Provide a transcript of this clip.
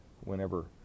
whenever